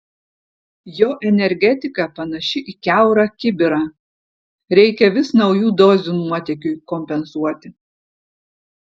jo energetika panaši į kiaurą kibirą reikia vis naujų dozių nuotėkiui kompensuoti